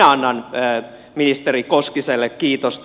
minä annan ministeri koskiselle kiitosta